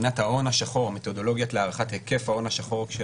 להוריד משמעותית את העמלה על הפקדת צ'קים דחויים.